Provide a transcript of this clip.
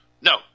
No